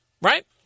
right